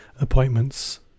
appointments